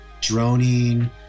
droning